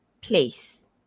place